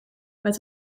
met